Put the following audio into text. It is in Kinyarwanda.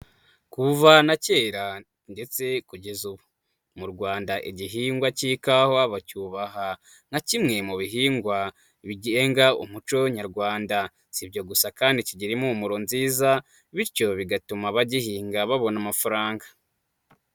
Kuva na kera ndetse kugeza ubu mu Rwanda igihingwa cy'ikawa ni kimwe mu bihingwa bigenga umuco nyarwanda. Si ibyo gusa kandi kigira impumuro nziza bityo bigatuma abagihinga babona amafaranga.